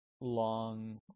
long